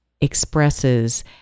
expresses